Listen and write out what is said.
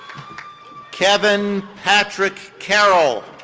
kevin patrick carroll.